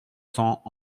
cents